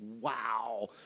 Wow